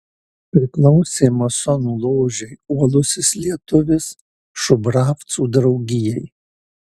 priklausė masonų ložei uolusis lietuvis šubravcų draugijai